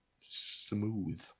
smooth